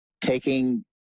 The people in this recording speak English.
taking